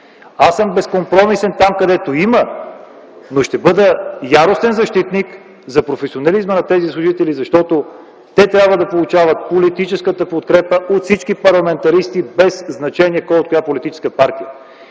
Аз съм безкомпромисен там, където има, но ще бъда яростен защитник на професионализма на тези служители, защото те трябва да получават политическата подкрепа от всички парламентаристи, без значение кой от коя политическа партия